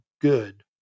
good